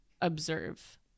observe